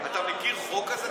אתה מכיר חוק כזה?